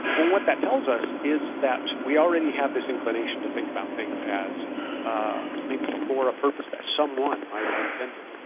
what that tells us is that we already have this inclination to think about things as ah maybe for a purpose that someone might have intended,